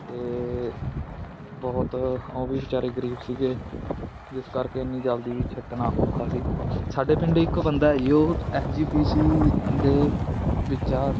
ਅਤੇ ਬਹੁਤ ਉਹ ਵੀ ਬੇਚਾਰੇ ਗਰੀਬ ਸੀਗੇ ਜਿਸ ਕਰਕੇ ਇੰਨੀ ਜਲਦੀ ਛੱਡਣਾ ਔਖਾ ਸੀ ਸਾਡੇ ਪਿੰਡ ਇੱਕ ਬੰਦਾ ਹੈ ਜੀ ਉਹ ਐੱਸ ਜੀ ਪੀ ਸੀ ਦੇ ਵਿਚ ਆ